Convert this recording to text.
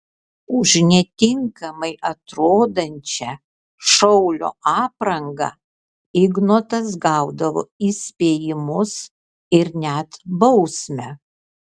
už netinkamai atrodančią šaulio aprangą ignotas gaudavo įspėjimus ir net bausmę